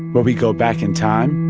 where we go back in time.